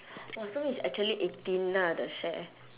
!wah! so it's actually eighteen ah the share